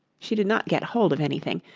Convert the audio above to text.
she did not get hold of anything,